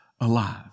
alive